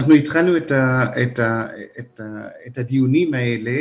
אנחנו התחלנו את הדיונים האלה